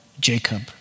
Jacob